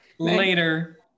Later